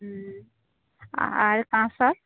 হুম আর কাঁসার